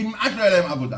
כמעט לא היה להם עבודה.